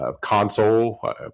console